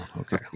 okay